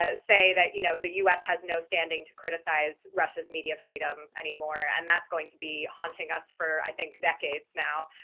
ah say that you know the us has no standing to criticize russia's media freedom anymore, and that's going to be haunting us for, i think, decades now,